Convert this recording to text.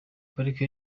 pariki